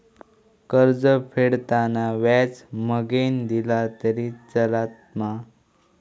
कर्ज फेडताना व्याज मगेन दिला तरी चलात मा?